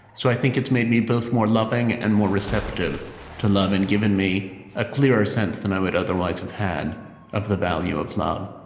so i think it's made me both more loving and more receptive to love and given me a clearer sense than i would otherwise have had of the value of love.